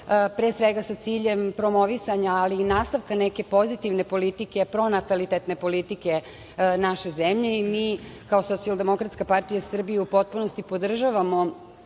pre svega sa ciljem promovisanja, ali i nastavka neke pozitivne politike pronatalitetne politike naše zemlje. Mi kao Socijaldemokratska partija Srbije u potpunosti podržavamo